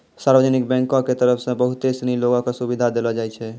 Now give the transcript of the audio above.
सार्वजनिक बैंको के तरफ से बहुते सिनी लोगो क सुविधा देलो जाय छै